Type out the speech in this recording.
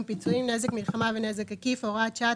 פיצויים) (נזק מלחמה ונזק עקיף)(הוראת שעה),